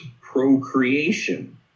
procreation